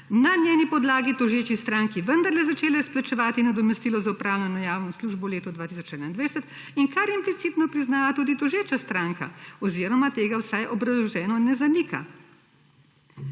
na njeni podlagi, tožeči stranki vendarle začela izplačevati nadomestilo za opravljeno javno službo v letu 2021 in kar implicitno priznava tudi tožeča stranka oziroma tega vsaj obrazloženo ne zanika.